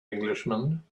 englishman